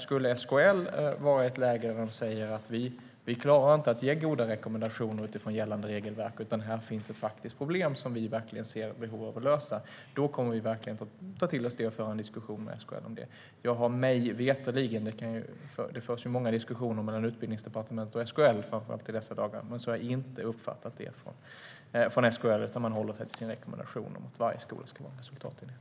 Skulle SKL vara i ett läge där de säger att de inte klarar att ge goda rekommendationer utifrån gällande regelverk utan att det finns ett faktiskt problem som de ser ett behov av att lösa, då kommer vi verkligen att ta till oss det och föra en diskussion med SKL om det. Det förs ju många diskussioner mellan Utbildningsdepartementet och SKL, framför allt i dessa dagar, men så har jag inte uppfattat det från SKL, utan man håller sig till sin rekommendation att varje skola ska vara en resultatenhet.